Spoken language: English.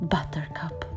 Buttercup